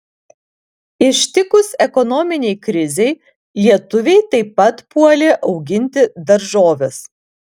ištikus ekonominei krizei lietuviai taip pat puolė auginti daržoves